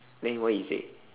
then what he say